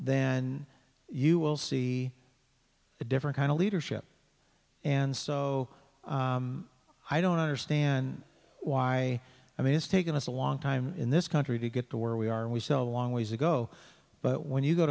then you will see a different kind of leadership and so i don't understand why i mean it's taken us a long time in this country to get to where we are and we so long ways ago but when you go